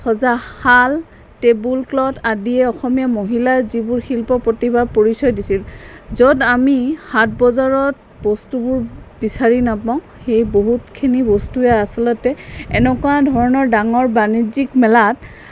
সজা শাল table cloth আদিয়ে অসমীয়া মহিলাৰ যিবোৰ শিল্পৰ প্ৰতিভা পৰিচয় দিছিল য'ত আমি হাট বজাৰত বস্তুবোৰ বিচাৰি নাপাওঁ সেই বহুতখিনি বস্তুৱে আচলতে এনেকুৱা ধৰণৰ ডাঙৰ বাণিজ্যিক মেলাত